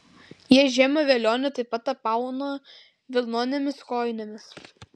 jie žiemą velionį taip pat apauna vilnonėmis kojinėmis